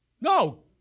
No